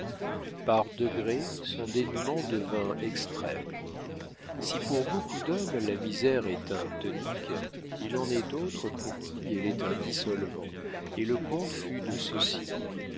par degrés son dénûment devint extrême si pour beaucoup d'hommes la misère est un tonique il en est d'autres pour qui elle est un dissolvant et le comte fut de ceux-ci